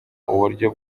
uburyo